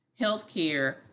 healthcare